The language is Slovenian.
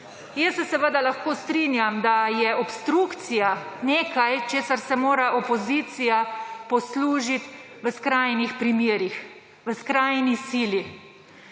Jaz se seveda lahko strinjam, da je obstrukcija nekaj, česar se mora opozicija poslužiti v skrajnih primerih, v skrajni sili.